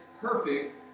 perfect